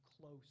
close